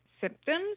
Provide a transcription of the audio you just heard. symptoms